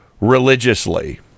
religiously